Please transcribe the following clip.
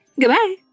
Goodbye